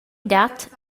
dat